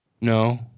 No